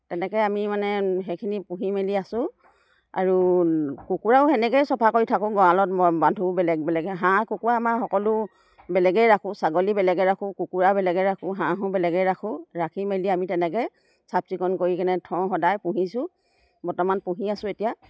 তেনেকৈ আমি মানে সেইখিনি পুহি মেলি আছোঁ আৰু কুকুৰাও সেনেকৈয়ে চফা কৰি থাকোঁ গড়ালত মই বান্ধোঁ বেলেগ বেলেগে হাঁহ কুকুৰা আমাৰ সকলো বেলেগেই ৰাখোঁ ছাগলী বেলেগে ৰাখোঁ কুকুৰা বেলেগে ৰাখোঁ হাঁহো বেলেগে ৰাখোঁ ৰাখি মেলি আমি তেনেকৈ চাফচিকুণ কৰি কেনে থওঁ সদায় পুহিছোঁ বৰ্তমান পুহি আছোঁ এতিয়া